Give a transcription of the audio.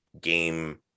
game